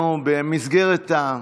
במסגרת,